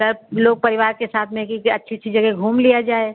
सब लोग परिवार के साथ में कि अच्छी अच्छी जगह घूम लिया जाए